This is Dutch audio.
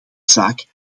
zaak